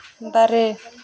ᱫᱟᱨᱮ